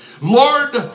Lord